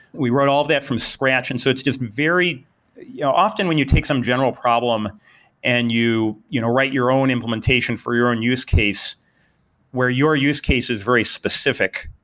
we wrote all of that from scratch, and so it's just very you know often, when you take some general problem and you you know write your own implementation for your use case where your use case is very specific,